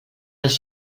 les